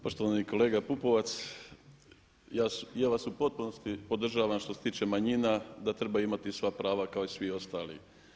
Poštovani kolega Pupovac, ja vas u potpunosti podržavam što se tiče manjina da trebaju imati sva prava kao i svi ostali.